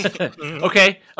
Okay